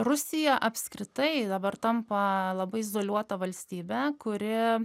rusija apskritai dabar tampa labai izoliuota valstybe kuri